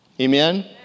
Amen